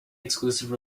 exclusive